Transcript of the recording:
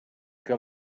que